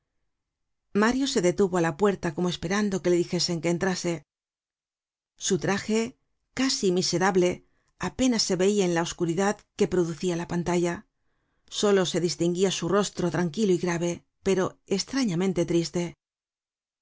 mario se detuvo á la puerta como esperando que le dijesen que entrase su traje casi miserable apenas se veia en la oscuridad que producia la pantalla solo se distinguia su rostro tranquilo y grave pero estrañamente triste